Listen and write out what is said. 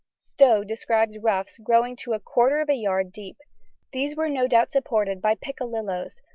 stow describes ruffs growing to a quarter of a yard deep these were no doubt supported by piccalilloes,